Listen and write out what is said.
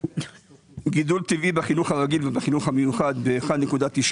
גידול טבעי בחינוך הרגיל ובחינוך המיוחד ב-1.9